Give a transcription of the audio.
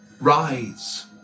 rise